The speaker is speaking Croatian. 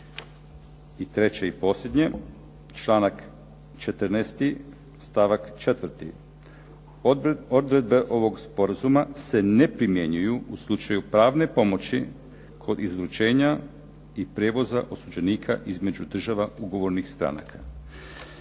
I treće i posljednje, članak 14. stavak 4.: „Odredbe ovog sporazuma se ne primjenjuju u slučaju pravne pomoći kod izručenja i prijevoza osuđenika između država ugovornih stranaka“.